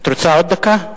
את רוצה עוד דקה?